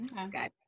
Okay